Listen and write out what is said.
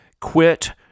Quit